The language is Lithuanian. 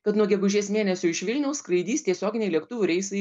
kad nuo gegužės mėnesio iš vilniaus skraidys tiesioginiai lėktuvų reisai